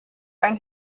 ein